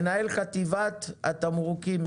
מנהל חטיבת התמרוקים,